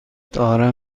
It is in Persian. دارم